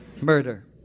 murder